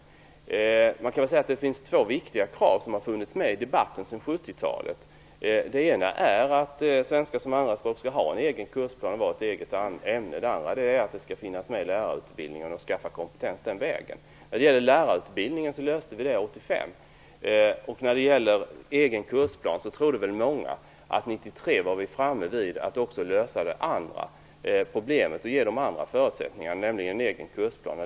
Man skulle kunna säga att det är två viktiga krav som har funnits med i debatten sedan 70-talet. Det ena är att svenska som andraspråk skall ha en egen kursplan och vara ett eget ämne. Det andra är att det skall finnas med i lärarutbildningen för att man skall kunna skaffa kompetens den vägen. Vi löste problemet med lärarutbildningen 1985. När det gäller egen kursplan trodde väl många att vi 1993 var framme vid att lösa det problemet också och ge dem andra förutsättningar, nämligen en egen kursplan.